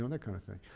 um and kind of thing.